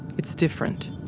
it's different.